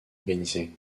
organisées